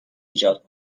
ایجاد